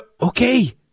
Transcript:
okay